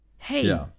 Hey